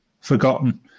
forgotten